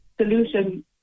solution